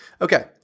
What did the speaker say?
Okay